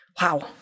wow